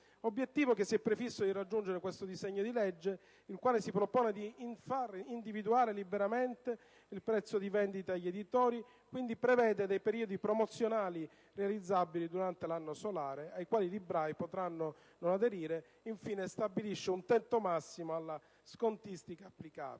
L'obiettivo che si è prefisso di raggiungere questo disegno di legge è di far individuare liberamente il prezzo di vendita agli editori, prevedendo quindi dei periodi promozionali realizzabili durante l'anno solare - ai quali i librai potranno non aderire - e infine stabilendo un tetto massimo alla scontistica applicabile.